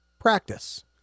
Practice